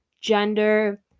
Gender